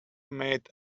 made